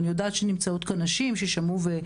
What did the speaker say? אני יודעת שנמצאות כאן נשים שאמרו לי